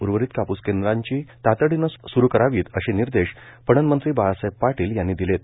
उर्वरित कापूस खरेदी केंद्र तातडीनं सुरू करावेत असे निर्देश पणनमंत्री बाळासाहेब पाटील यांनी दिलेत